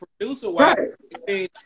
producer-wise